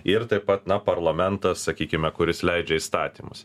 ir taip pat na parlamentas sakykime kuris leidžia įstatymus